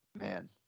man